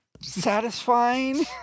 satisfying